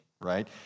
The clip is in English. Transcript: right